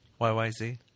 YYZ